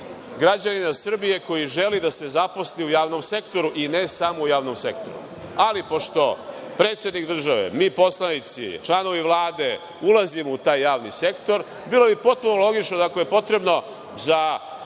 građanina Srbije koji želi da se zaposli u javnom sektoru i ne samo u javnom sektoru. Ali pošto predsednik države, mi poslanici, članovi Vlade, ulazimo u taj javni sektor, bilo bi potpuno logično, da ako je potrebno za